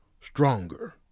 stronger